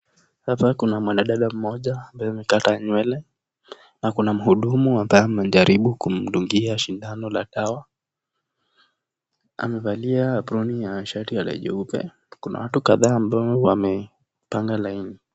Hapa kuna mwanadada mmoja ambaye amekata nywele na kuna mhudumu ambaye anajaribu kumdungia sindano la dawa. Amevalia aproni na shati jeupe. Kuna watu kadhaa ambao wamepanga laini.